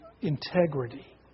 integrity